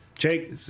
Jake